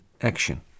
Action